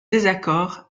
désaccord